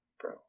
bro